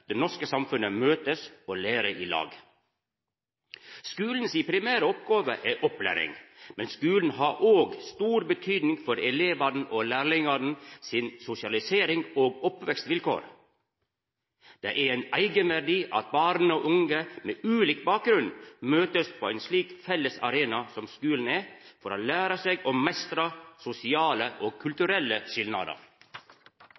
det norske samfunnet møtest og lærer i lag. Skulen si primære oppgåve er opplæring, men skulen har òg stor betydning for sosialiseringa og oppvekstvilkåra til elevane og lærlingane. Det er ein eigenverdi i at born og unge med ulik bakgrunn møtest på en slik felles arena som skulen er, for å læra seg å meistra sosiale og